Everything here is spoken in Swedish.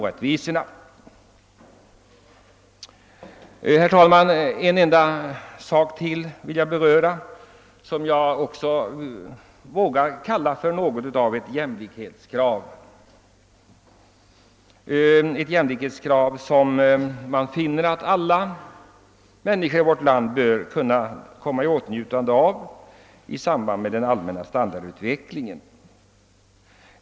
Herr talman! Jag vill ta upp ytterligare en sak, som jag vågar säga är något av ett jämlikhetskrav, ett krav som alla människor i vårt land bör kunna ställa med hänsyn till den allmänna standardutvecklingen.